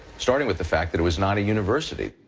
starting with the fact that it was not a university.